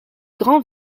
grand